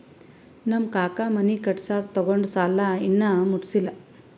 ನಮ್ ಕಾಕಾ ಮನಿ ಕಟ್ಸಾಗ್ ತೊಗೊಂಡ್ ಸಾಲಾ ಇನ್ನಾ ಮುಟ್ಸಿಲ್ಲ